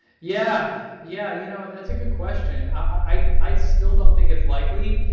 yeah, yeah you know that's a good question. i still don't think it's likely,